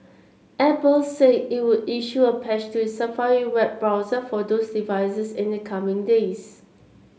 Apple say it would issue a patch to its Safari web browser for those devices in the coming days